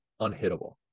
unhittable